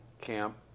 camp